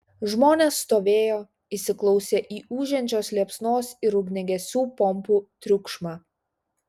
žmonės stovėjo įsiklausę į ūžiančios liepsnos ir ugniagesių pompų triukšmą